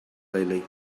lately